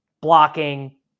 blocking